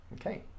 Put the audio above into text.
Okay